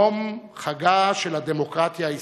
יום חגה של הדמוקרטיה הישראלית.